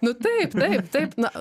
nu taip taip taip na